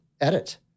edit